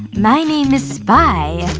my name is spy.